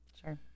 Sure